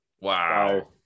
Wow